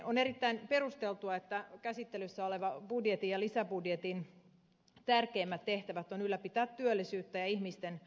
on erittäin perusteltua että käsittelyssä olevan budjetin ja lisäbudjetin tärkein tehtävä on ylläpitää työllisyyttä ja ihmisten työkykyä